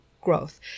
growth